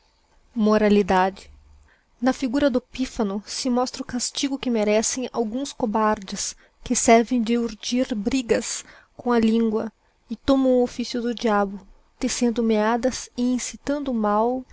moralidade na figura do pifano se mostra o castigo que merecem alguns cobardes que servem de urdir brigas com a língua e tomão o officio do diabo tecendo meadas e incitando a mal